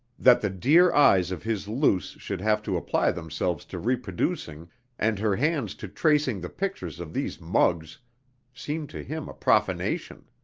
that the dear eyes of his luce should have to apply themselves to reproducing and her hands to tracing the pictures of these mugs seemed to him a profanation.